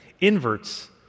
inverts